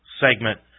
segment